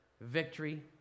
victory